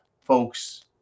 folks